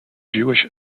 jewish